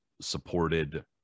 supported